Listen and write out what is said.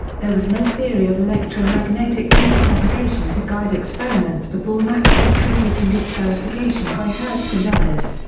there was no theory of electromagnetic wave propagation to guide experiments before maxwell's treatise and its verification by hertz and others.